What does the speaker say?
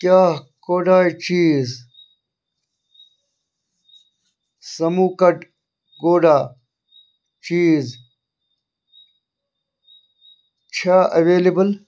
کیٛاہ کوڈاے چیٖز سموٗکَٹ کوڈا چیٖز چھےٚ اٮ۪وٮ۪لیبٕل